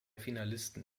finalisten